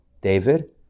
David